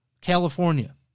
California